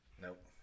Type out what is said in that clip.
Nope